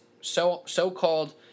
so-called